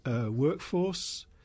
workforce